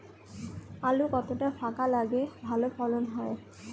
আলু কতটা ফাঁকা লাগে ভালো ফলন হয়?